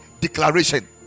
declaration